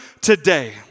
today